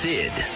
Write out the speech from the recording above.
Sid